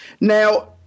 Now